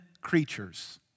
creatures